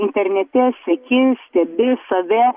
internete seki stebi save